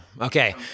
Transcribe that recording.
Okay